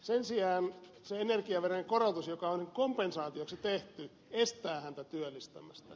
sen sijaan se energiaverojen korotus joka on kompensaatioksi tehty estää häntä työllistämästä